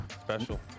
Special